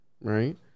right